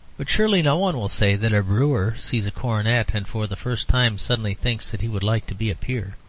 but surely no one will say that a brewer sees a coronet and for the first time suddenly thinks that he would like to be a peer.